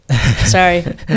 sorry